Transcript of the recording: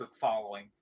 following